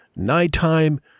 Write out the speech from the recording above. Nighttime